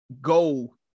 go